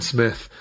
Smith